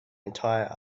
entire